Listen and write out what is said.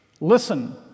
listen